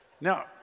Now